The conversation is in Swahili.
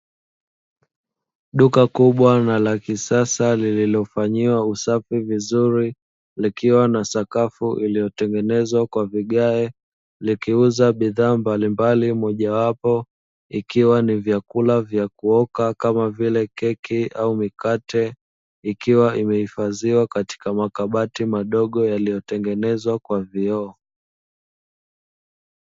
Duka kubwa na la kisasa lililofanyiwa usafi vizuri likiwa na sakafu iliyotengenezwa kwa vigae, likiuza bidhaa mbalimbali mojawapo ikiwa ni vyakula vya kuoka kama vile keki au mikate ikiwa imehifadhiwa katika makabati madogo yaliyotengenezwa kwa vioo.